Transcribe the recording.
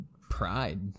pride